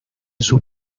sus